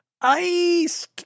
Ice